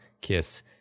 kiss